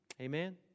Amen